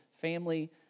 family